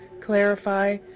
clarify